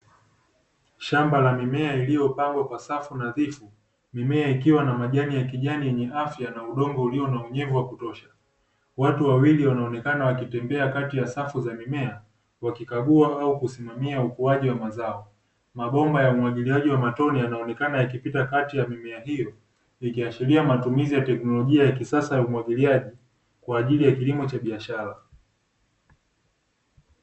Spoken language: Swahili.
Shamba la mimea iliyopangwa kwa safu nadhifu, mimea ikiwa na majani ya kijani yenye afya na udongo ulio na unyevu wa kutosha. Watu wawili wanaonekana wakitembea kati ya safu za mimea wakikagua au kusimamia ukuaji wa mazao. Mabomba ya umwagiliaji wa matone yanaonekana yakipita katiya mimea hiyo, ikiashiria matumizi ya teknolojia ya kisasa ya umwagiliaji kwa ajili ya kilimo cha biashara.